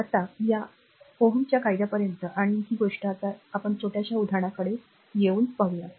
आता या r Ω' च्या कायद्या पर्यंत आणि ही गोष्ट आता आपण छोट्याशा उदाहरणाकडे येऊ या बरोबर